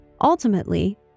Ultimately